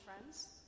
friends